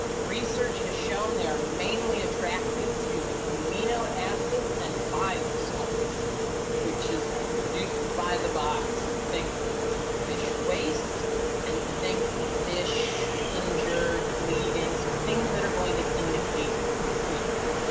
research has shown they're mainly attracted to amino acids and bile salts which is produced by the body. so think fish waste and think fish injured, bleeding. so things that are going to indicate food.